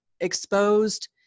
exposed